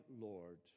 Lord